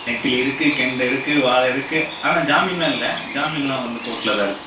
நெத்திலி இருக்குது கெண்டை இருக்குது வாளை இருக்குது ஆனால் ஜாமீனெலாம் இல்லை ஜாமீனெலாம் வந்து கோர்ட்டில் தான் இருக்குது